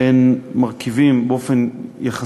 הם מרכיבים חלשים באופן יחסי,